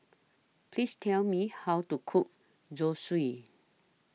Please Tell Me How to Cook Zosui